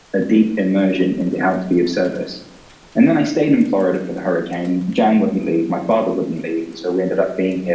a deep immersion in how to be of service and then i stayed in florida for the hurricane. jane wouldn't leave, my father wouldn't leave. and so, we ended up being here.